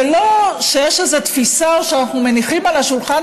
זה לא שיש איזו תפיסה שאנחנו מניחים על השולחן,